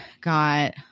got